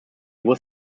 was